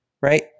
right